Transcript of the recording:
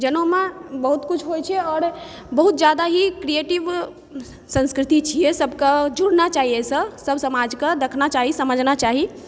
जनेउमे बहुत किछु होइ छै आओर बहुत जादा ही क्रिएटिव संस्कृति छियै सबकेँ जुड़ना चाही एहिसँ सब समाजकेँ देखना चाही समझना चाही